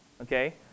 okay